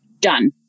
done